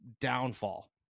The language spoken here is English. downfall